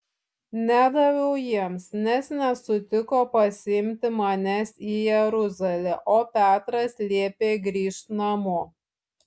nedaviau jiems nes nesutiko pasiimti manęs į jeruzalę o petras liepė grįžt namo